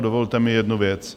Dovolte mi jednu věc.